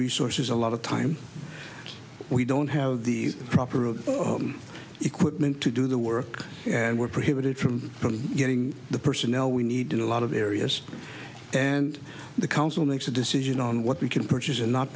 resources a lot of time we don't have the proper of equipment to do the work and were prohibited from getting the personnel we needed a lot of areas and the council makes a decision on what we can purchase and not